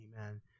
amen